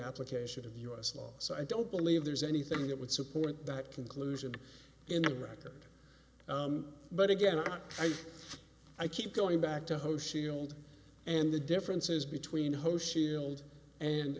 application of us law so i don't believe there's anything that would support that conclusion in the record but again i keep going back to hoshi old and the differences between hoshi old and